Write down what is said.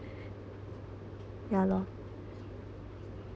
ya lor